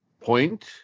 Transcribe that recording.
point